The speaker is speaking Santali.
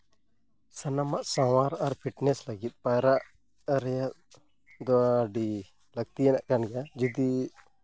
ᱥᱟᱱᱟᱢᱟᱜ ᱥᱟᱶᱟᱨ ᱟᱨ ᱯᱷᱤᱴᱱᱮᱥ ᱞᱟᱹᱜᱤᱫ ᱯᱟᱭᱨᱟᱜ ᱨᱮᱭᱟᱜ ᱫᱚ ᱟᱹᱰᱤ ᱞᱟᱹᱠᱛᱤᱭᱟᱱᱟᱜ ᱠᱟᱱ ᱜᱮᱭᱟ ᱡᱩᱫᱤ